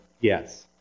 Yes